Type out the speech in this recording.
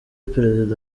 perezida